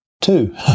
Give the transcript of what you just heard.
two